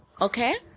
Okay